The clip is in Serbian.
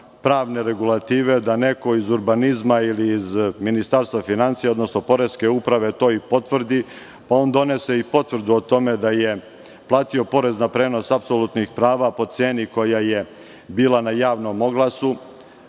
pravne regulative da neko iz urbanizma ili iz Ministarstva finansija, odnosno poreske uprave to i potvrdi. On donese i potvrdu o tome da je platio porez na prenos apsolutnih prava po ceni koja je bila na javnom oglasu,